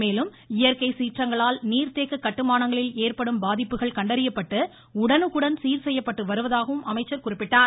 மேலும் இயற்கை சீற்றங்களால் நீர் தேக்க கட்டுமானங்களில் ஏற்படும் பாதிப்புகள் கண்டறியப்பட்டு உடனுக்குடன் சீர் செய்யப்பட்டு வருவதாக அமைச்சர் குறிப்பிட்டார்